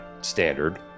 standard